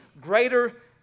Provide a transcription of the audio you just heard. greater